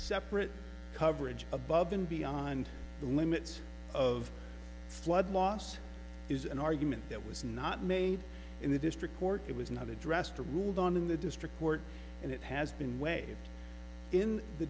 separate coverage above and beyond the limits of flood loss is an argument that was not made in the district court it was not addressed to ruled on in the district court and it has been way in the